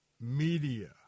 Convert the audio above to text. media